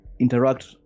interact